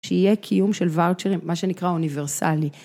שיהיה קיום של וואוצ'רים, מה שנקרא אוניברסלי.